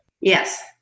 yes